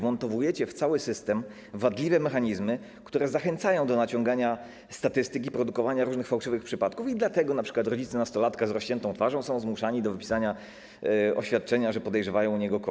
Wmontowujecie w cały system wadliwe mechanizmy, które zachęcają do naciągania statystyki produkowania różnych fałszywych przypadków i dlatego np. rodzice nastolatka z rozciętą twarzą są zmuszani do podpisania oświadczenia, że podejrzewają u niego COVID.